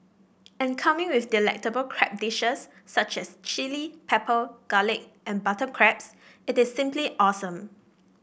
and coming with delectable crab dishes such as chilli pepper garlic and butter crabs it is simply awesome